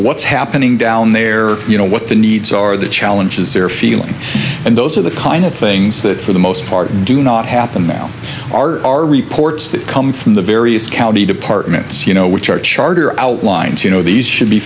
what's happening down there you know what the needs are the challenges they're feeling and those are the kind of things that for the most part do not happen now are our reports that come from the various county departments you know which are charter outlines you know these should be